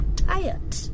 tired